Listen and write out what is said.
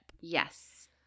yes